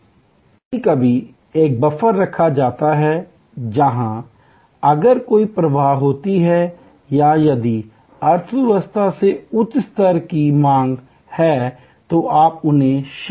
कभी कभी एक बफर रखा जाता है जहां अगर कोई प्रवाह होता है या यदि अर्थव्यवस्था से उच्च स्तर की मांग है तो आप उन्हें शिफ्ट करें